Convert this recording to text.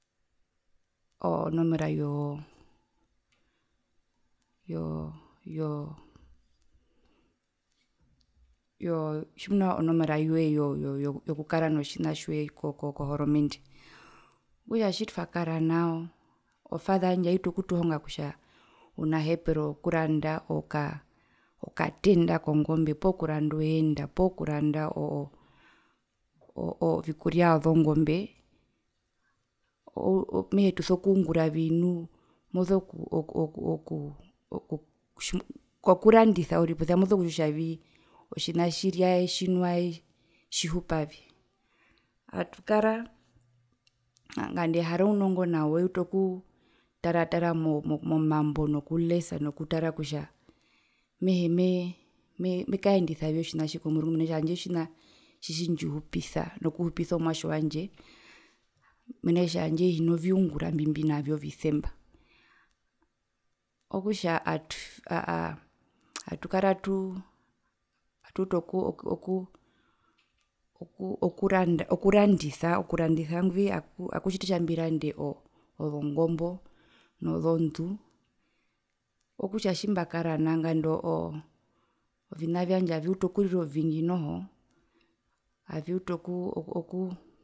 O o nomera yo yo yo tjimuna onomera yokukara notjina tjoye kohoromende okutja tjitwakara nao o father yandje aitu okutuhonga kutja ounahepero wokuranda okatenda kongombe pookuranda oenda poo kuranda oo oo oo ovikuria vyozongombe mehee tuso kunguravi nu moso ku oku oku oku kakurandisa uriri moso kutjiwa kutjavii otjina tjiriaye tjinwaye tjihupavi, atukara nganda ehara ounongo nawa eutu oku tara tara momambo nokulesa kutja mehee meme meaendisavi otjina tji komurungu tjandje otjina tjitji ndjihupisa nokuhupisa omwatje wandje mena kutja tjandje hina viungura mbimbinavyo visemba okutja atukara atuu atuutu okuu oku oku oku randa okurandisa okurandisa ngwi okutjiti kutja mbirande ozongombo nozondu okutja tjimbakara nao nganda oo oo ovina vyandje aviutu okurira ovingi noho aviutu okuu oku